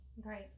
Great